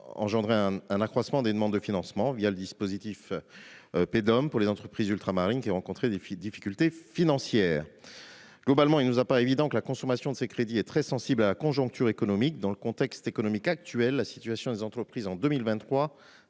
engendré un accroissement des demandes de financement le dispositif de PDOM émises par les entreprises ultramarines, qui ont rencontré des difficultés financières. Il nous apparaît donc que la consommation de ces crédits est très sensible à la conjoncture économique. Or, dans le contexte économique actuel, la situation des entreprises devrait